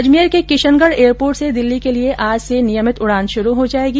अजमेर के किशनगढ एयरपोर्ट से दिल्ली के लिये आज से नियमित उड़ान शुरू हो जायेगी